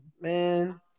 Man